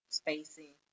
spacing